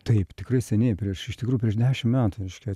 taip tikrai seniai prieš iš tikrųjų prieš dešim metų reiškia